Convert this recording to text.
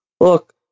look